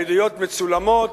העדויות מצולמות,